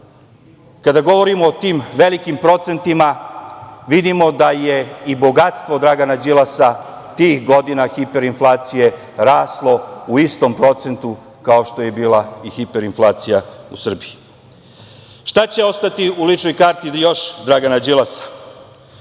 Kada govorimo o tim velikim procentima, vidimo da je i bogatstvo Dragana Đilasa tih godina hiperinflacije raslo u istom procentu kao što je i bila hiperinflacija u Srbiji. Šta će ostati u ličnoj karti još Dragana Đilasa